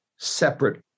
separate